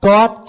God